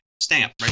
Stamp